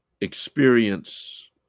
experience